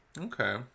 Okay